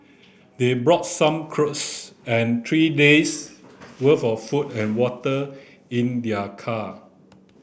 they brought some clothes and three days' worth of food and water in their car